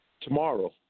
Tomorrow